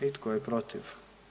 I tko je protiv?